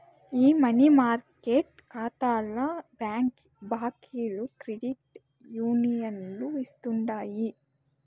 ఈ money market కాతాల బాకీలు క్రెడిట్ యూనియన్లు ఇస్తుండాయి